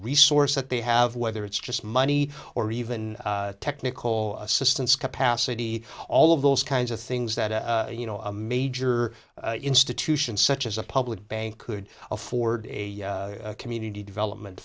resource that they have whether it's just money or even technical assistance capacity all of those kinds of things that you know a major institution such as a public bank could afford a community development